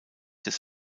des